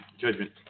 Judgment